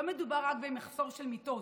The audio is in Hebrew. לא מדובר רק במחסור של מיטות,